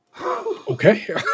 Okay